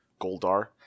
Goldar